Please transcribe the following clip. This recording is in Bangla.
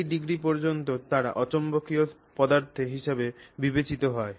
সেই ডিগ্রি পর্যন্ত তারা অচৌম্বকীয় পদার্থ হিসাবে বিবেচিত হয়